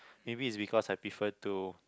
maybe it's because I prefer to